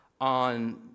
on